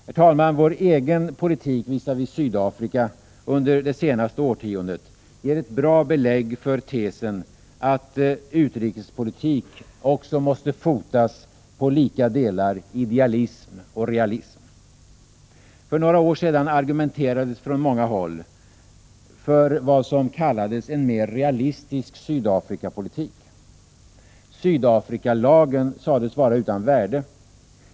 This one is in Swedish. Herr talman! Vår egen politik visavi Sydafrika under det senaste årtiondet ger ett bra belägg för tesen att utrikespolitik också måste fotas på lika delar idealism och realism. För några år sedan argumenterades från många håll för vad som kallades en mer realistisk Sydafrikapolitik. Sydafrikalagen sades vara utan värde.